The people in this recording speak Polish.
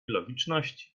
logiczności